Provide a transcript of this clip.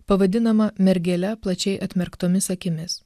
pavadinama mergele plačiai atmerktomis akimis